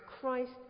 Christ